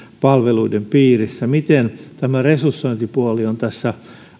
palveluiden piirissä miten tämä resursointipuoli on tässä